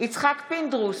יצחק פינדרוס,